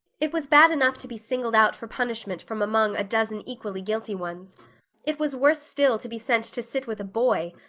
it was bad enough to be singled out for punishment from among a dozen equally guilty ones it was worse still to be sent to sit with a boy,